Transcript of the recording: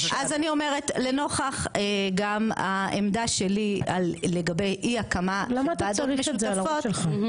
לנוכח גם העמדה שלי לגבי אי הקמה של ועדות